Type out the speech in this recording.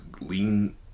lean